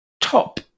top